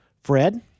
Fred